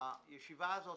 הישיבה הזאת